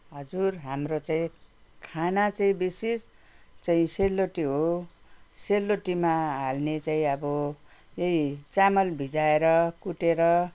हजुर हाम्रो चाहिँ खाना चाहिँ विशेष चाहिँ सेलरोटी हो सेलरोटीमा हाल्ने चाहिँ अब चामल भिजाएर कुटेर